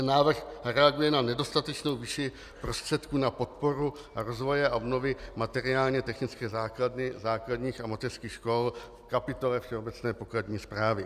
Návrh reaguje na nedostatečnou výši prostředků na podporu a rozvoj obnovy materiálně technické základny základních a mateřských škol v kapitole Všeobecné pokladní správy.